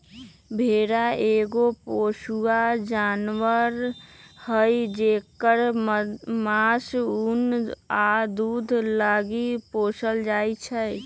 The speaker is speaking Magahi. भेड़ा एगो पोसुआ जानवर हई जेकरा मास, उन आ दूध लागी पोसल जाइ छै